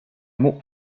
mot